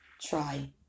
try